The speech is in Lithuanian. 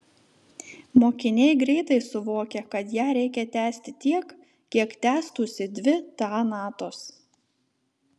mokiniai greitai suvokia kad ją reikia tęsti tiek kiek tęstųsi dvi ta natos